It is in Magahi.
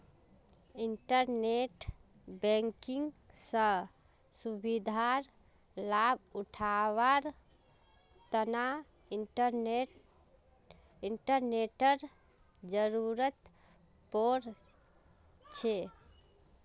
इंटरनेट बैंकिंग स सुविधार लाभ उठावार तना इंटरनेटेर जरुरत पोर छे